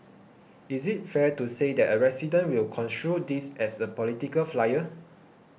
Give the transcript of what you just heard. is it fair to say that a resident will construe this as a political flyer